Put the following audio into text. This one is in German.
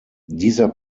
dieser